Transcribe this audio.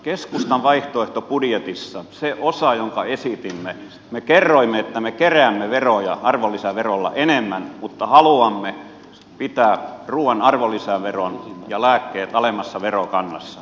keskustan vaihtoehtobudjetissa siinä osassa jonka esitimme me kerroimme että me keräämme veroja arvonlisäverolla enemmän mutta haluamme pitää ruuan ja lääkkeiden arvonlisäveron alemmassa verokannassa